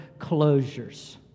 closures